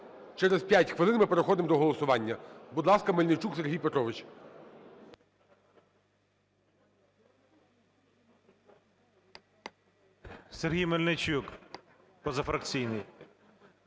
Через 5 хвилин ми переходимо до голосування. Будь ласка, Мельничук Сергій Петрович 16:32:21 МЕЛЬНИЧУК С.П. Сергій Мельничук, позафракційний.